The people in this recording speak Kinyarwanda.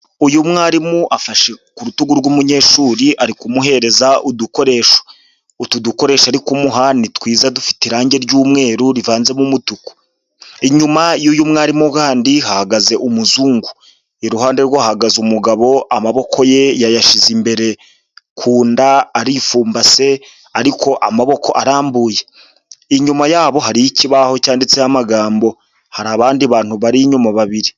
Uyu mwarimu afashe ku rutugu rw'umunyeshuri ari kumuhereza udukoresho, utu dukoresho ari kumuha ni twiza dufite irangi ry'umweru rivanzemo umutuku, inyuma y'uyu mwarimu handi hahagaze umuzungu, iruhande rwe hahagaze umugabo amaboko ye yayashyize imbere ku nda aripfumbase ariko amaboko arambuye, inyuma yabo hariyo ikibaho cyanditseho amagambo, hari abandi bantu bari inyuma babiri.